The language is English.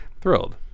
Thrilled